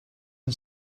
and